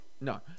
No